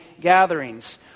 gatherings